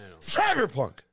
Cyberpunk